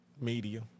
Media